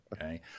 okay